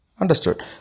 Understood